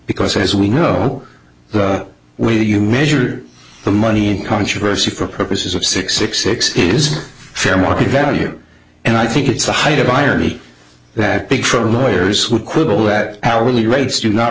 because as we know the way that you measure the money controversy for purposes of six six six is fair market value and i think it's the height of irony that big for lawyers would quibble that hourly rates to not